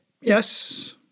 Yes